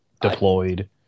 deployed